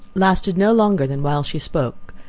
lasted no longer than while she spoke,